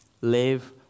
Live